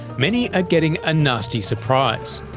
many are getting a nasty surprise.